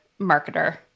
marketer